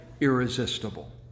irresistible